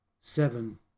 seven